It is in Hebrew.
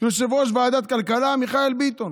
יושב-ראש ועדת הכלכלה מיכאל ביטון.